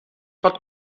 pot